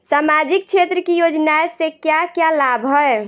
सामाजिक क्षेत्र की योजनाएं से क्या क्या लाभ है?